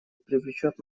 привлечет